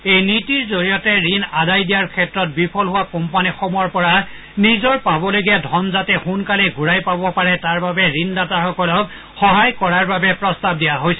এই নীতিৰ জৰিয়তে ঋণ আদায় দিয়াৰ ক্ষেত্ৰত বিফল হোৱা কোম্পানীসমূহৰ পৰা নিজৰ পাবলগীয়া ধন জাতে সোনকালে ঘূৰাই পাব পাৰে তাৰ বাবে ঝণদাতাসকলক সহায় কৰাৰ বাবে প্ৰস্তাৱ লোৱা হৈছে